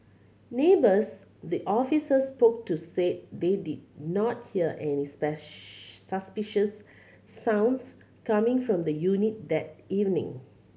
neighbours the officers spoke to said they did not hear any suspicious sounds coming from the unit that evening